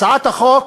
הצעת החוק